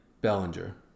Bellinger